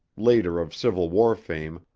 later of civil war fame,